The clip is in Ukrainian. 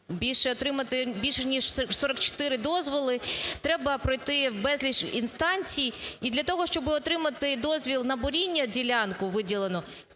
більше ніж 44 дозволи, треба пройти безліч інстанцій. І для того, щоб отримати дозвіл на буріння, ділянку виділену,